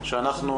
הנושא הזה